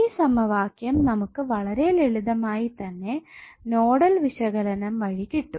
ഈ സമവാക്യം നമുക്ക് വളരെ ലളിതമായി തന്നെ നോഡൽ വിശകലനം വഴി കിട്ടും